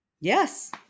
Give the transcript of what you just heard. yes